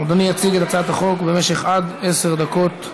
אדוני יציג את הצעת החוק במשך עד עשר דקות,